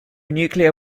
nuclear